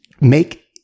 make